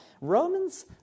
Romans